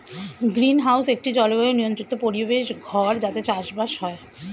greenhouse একটি জলবায়ু নিয়ন্ত্রিত পরিবেশ ঘর যাতে চাষবাস হয়